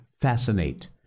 Fascinate